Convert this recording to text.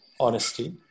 honesty